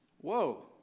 Whoa